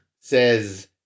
says